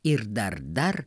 ir dar dar